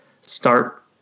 start